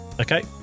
Okay